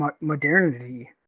modernity